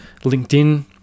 LinkedIn